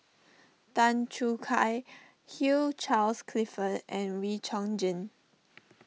Tan Choo Kai Hugh Charles Clifford and Wee Chong Jin